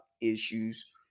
issues